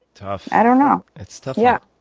tough. i don't know. it's tough. yeah.